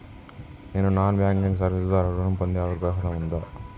నేను non banking service ద్వారా ఋణం పొందే అర్హత ఉందా?